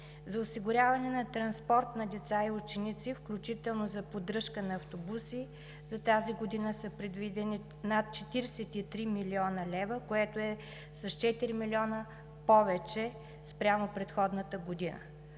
За осигуряване на транспорт на деца и ученици, включително за поддръжка на автобуси, за тази година са предвидени над 43 млн. лв., което е с 4 млн. лв. повече спрямо предходната година.